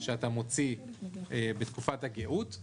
שאתה מוציא בתקופת הגאות.